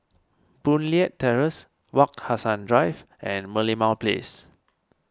Boon Leat Terrace Wak Hassan Drive and Merlimau Place